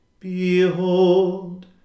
Behold